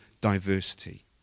diversity